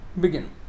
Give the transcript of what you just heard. begin